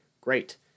great